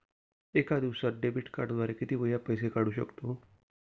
एका दिवसांत डेबिट कार्डद्वारे किती वेळा पैसे काढू शकतो?